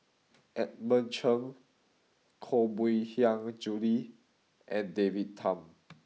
Edmund Cheng Koh Mui Hiang Julie and David Tham